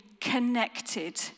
connected